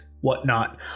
whatnot